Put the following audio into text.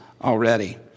already